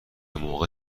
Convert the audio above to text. موقع